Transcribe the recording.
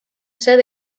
ser